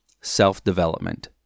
self-development